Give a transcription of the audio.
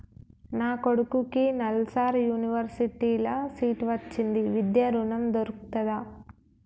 నా కొడుకుకి నల్సార్ యూనివర్సిటీ ల సీట్ వచ్చింది విద్య ఋణం దొర్కుతదా?